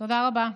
תודה רבה.